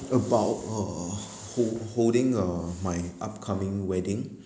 about uh ho~ holding uh my upcoming wedding